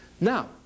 Now